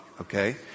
okay